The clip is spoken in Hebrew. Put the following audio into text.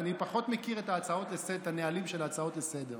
אני פחות מכיר את הנהלים של ההצעות לסדר-היום.